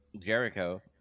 Jericho